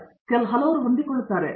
ಆದರೆ ಅವುಗಳಲ್ಲಿ ಹಲವರು ಹೊಂದಿಕೊಳ್ಳುತ್ತಾರೆ